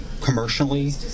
commercially